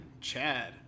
Chad